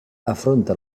afronta